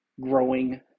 Growing